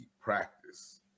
practice